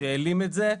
שהעלים את זה,